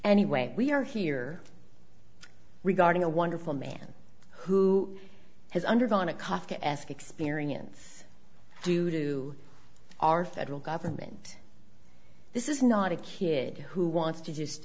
anyway we are here regarding a wonderful man who has undergone a kafkaesque experience due to our federal government this is not a kid who wants to just